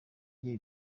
njye